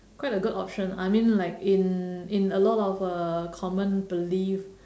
quite a good option I mean like in in a lot of uh common belief